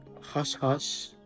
hush-hush